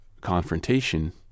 confrontation